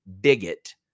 bigot